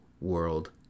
world